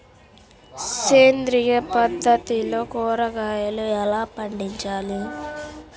సేంద్రియ పద్ధతిలో కూరగాయలు ఎలా పండించాలి?